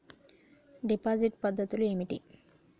Deposit పద్ధతులు ఏమిటి?